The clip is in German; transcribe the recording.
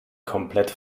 komplett